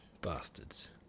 bastards